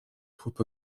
troupes